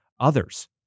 others